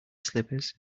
slippers